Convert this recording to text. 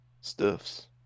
stuffs